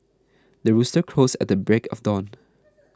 the rooster crows at the break of dawn